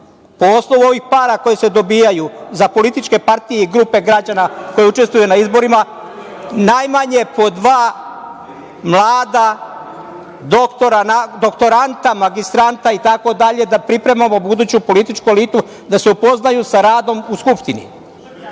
po osnovih para koje se dobijaju za političke partije i grupe građana koje učestvuju na izborima najmanje po dva mlada doktoranta, magistranta itd, da pripremamo buduću političku elitu, da se upoznaju sa radom u Skupštini